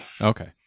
Okay